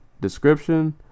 description